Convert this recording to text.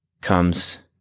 comes